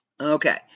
Okay